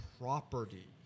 property